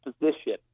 position